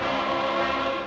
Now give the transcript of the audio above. oh